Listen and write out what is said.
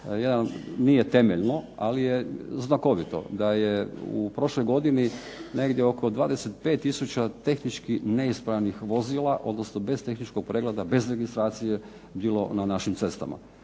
nije temeljno ali je znakovito, da je u prošloj godini negdje oko 25 tisuća tehnički neispravnih vozila, odnosno bez tehničkog pregleda, bez registracije bilo na našim cestama.